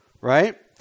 right